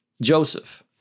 Joseph